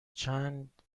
چند